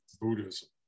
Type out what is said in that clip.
Buddhism